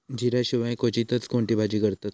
जिऱ्या शिवाय क्वचितच कोणती भाजी करतत